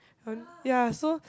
then ya so